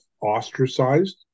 ostracized